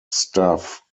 staff